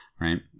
Right